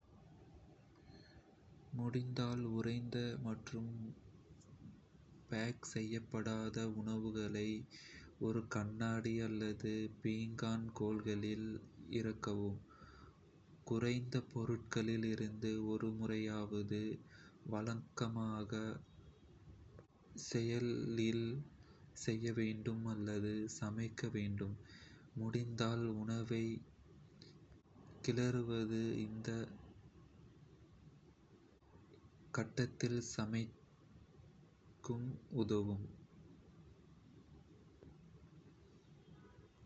முடிந்தால், உறைந்த மற்றும் பேக் செய்யப்படாத உணவுகளை ஒரு கண்ணாடி அல்லது பீங்கான் கொள்கலனில் இறக்கவும். உறைந்த பொருட்களிலிருந்து ஒரு முறையாவது, வழக்கமாக பாதியிலேயே, செயலிழக்கச் செய்ய வேண்டும் அல்லது சமைக்க வேண்டும். முடிந்தால், உணவைக் கிளறுவது, இந்த கட்டத்தில் சமையலுக்கு உதவும்.